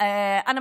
דברים בשפה הערבית,